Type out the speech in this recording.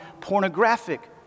pornographic